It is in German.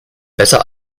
besser